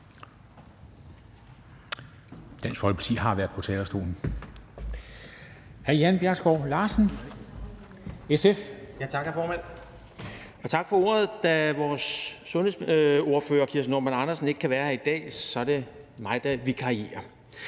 Dansk Folkeparti har været på talerstolen.